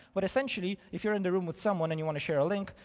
but essentially if you're in the room with someone, and you want to share a link,